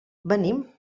venim